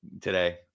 today